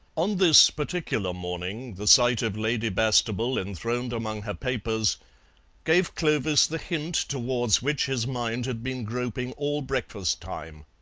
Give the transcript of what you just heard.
on this particular morning the sight of lady bastable enthroned among her papers gave clovis the hint towards which his mind had been groping all breakfast time.